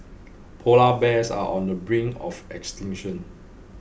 Polar Bears are on the brink of extinction